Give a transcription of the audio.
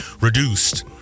reduced